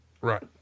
Right